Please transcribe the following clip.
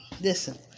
Listen